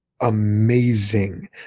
amazing